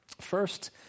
First